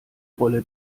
rolle